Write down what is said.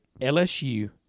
LSU